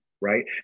right